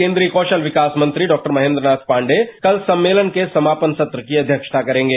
केंद्रीय कौशल विकास मंत्री डाक्टर महेंद्रनाथ पांडे कल सम्मेलन के समापन सत्र की अध्यक्षता करेंगे